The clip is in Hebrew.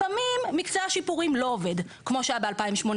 לפעמים מקצה השיפורים לא עובד, כמו שהיה ב-2018,